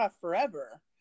Forever